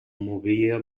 movia